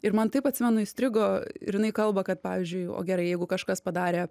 ir man taip atsimenu įstrigo ir jinai kalba kad pavyzdžiui o gerai jeigu kažkas padarė